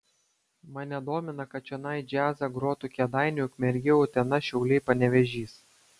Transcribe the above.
mane domina kad čionai džiazą grotų kėdainiai ukmergė utena šiauliai panevėžys